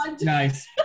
Nice